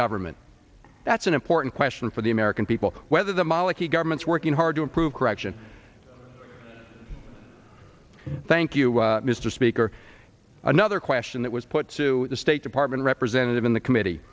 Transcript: government that's an important question for the american people whether the maleki government's working hard to improve corruption thank you mr speaker another question that was put to the state department representative in the committee